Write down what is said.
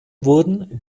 wurden